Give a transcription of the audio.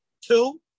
Two